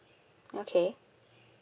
okay